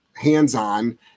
hands-on